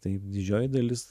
taip didžioji dalis